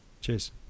Cheers